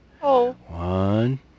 One